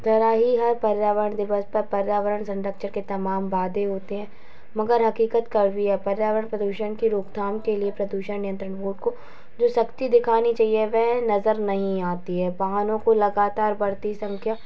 तरह ही हर पर्यावरण दिवस पर पर्यावरण संरक्षण के तमाम वादे होते हैं मगर हकीकत कड़वी है पर्यावरण प्रदूषण के रोकथाम के लिए प्रदूषण नियंत्रण जो शक्ति दिखानी चाहिए वह नज़र नहीं आती है कारखानों की बढ़ती संख्या